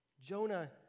Jonah